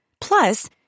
Plus